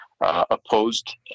opposed